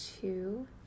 two